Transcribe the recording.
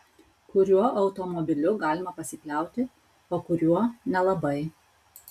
kuriuo automobiliu galima pasikliauti o kuriuo nelabai